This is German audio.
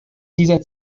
dieser